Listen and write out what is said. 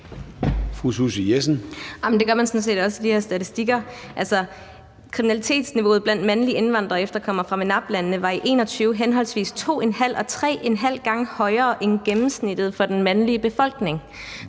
Det gør man sådan set også i de her statistikker. Altså, kriminalitetsniveauet blandt mandlige indvandrere og efterkommere fra MENAPT-landene var i 2021 henholdsvis to en halv gange og tre en halv gange højere end gennemsnittet for den mandlige befolkning.